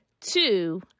Two